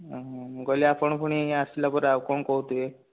ମୁଁ କହିଲି ଆପଣ ପୁଣି ଆସିଲା ପରେ ଆଉ କ'ଣ କହୁଥିବେ